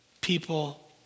people